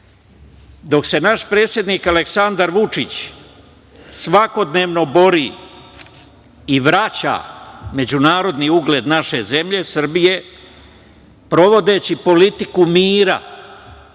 dok se naš predsednik Aleksandar Vučić svakodnevno bori i vraća međunarodni ugled naše zemlje Srbije provodeći politiku mira,